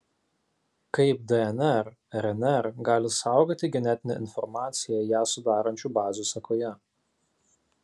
kaip dnr rnr gali saugoti genetinę informaciją ją sudarančių bazių sekoje